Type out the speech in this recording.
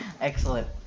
Excellent